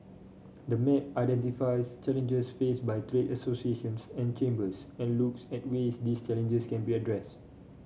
the map identifies challenges faced by trade associations and chambers and looks at ways these challenges can be addressed